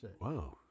Wow